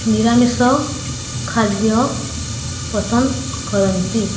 ନିରାମିଷ ଖାଦ୍ୟ ପସନ୍ଦ କରନ୍ତି